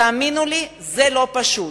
תאמינו לי, זה לא פשוט.